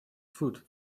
food